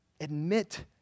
Admit